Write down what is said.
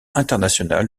international